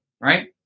right